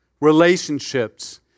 relationships